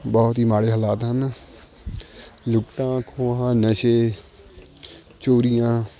ਬਹੁਤ ਹੀ ਮਾੜੇ ਹਾਲਾਤ ਹਨ ਲੁੱਟਾਂ ਖੋਹਾਂ ਨਸ਼ੇ ਚੋਰੀਆਂ